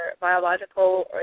biological